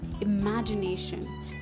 imagination